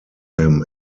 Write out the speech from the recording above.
him